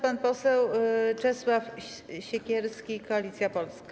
Pan poseł Czesław Siekierski, Koalicja Polska.